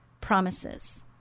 promises